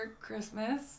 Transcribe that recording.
Christmas